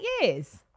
years